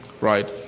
Right